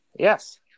Yes